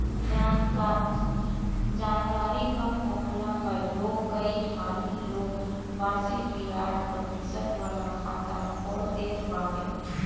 जानकरी कम होखला पअ लोग कई हाली लोग वार्षिक बियाज प्रतिशत वाला खाता खोल देत बाटे